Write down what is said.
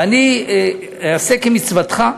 ואני אעשה כמצוותך,